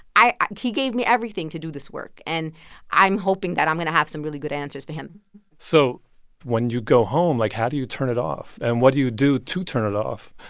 i he gave me everything to do this work. and i'm hoping that i'm going to have some really good answers for him so when you go home, like, how do you turn it off? and what do you do to turn it off?